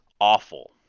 awful